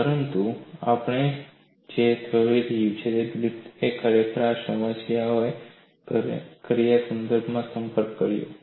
પરંતુ આપણે એ પણ જોઈશું કે ગ્રિફિથે ખરેખર આ સમસ્યાનો કયા સંદર્ભમાં સંપર્ક કર્યો હતો